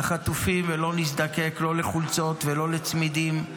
החטופים ולא נזדקק, לא לחולצות ולא לצמידים,